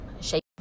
shake